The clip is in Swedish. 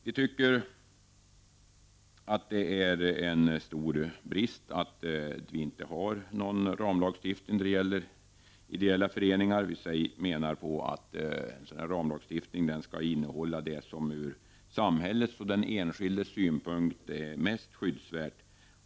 Vi tycker att det är en stor brist att vi inte har någon ramlagstiftning då det gäller ideella föreningar. Vi menar att en sådan ramlagstiftning skall innehålla det som från samhällets och den enskildes synpunkt är mest skyddsvärt.